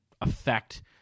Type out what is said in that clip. affect